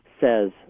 says